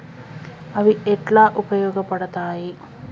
అవి ఎట్లా ఉపయోగ పడతాయి?